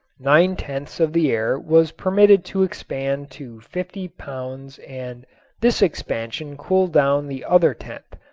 nine tenths of the air was permitted to expand to fifty pounds and this expansion cooled down the other tenth,